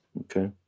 Okay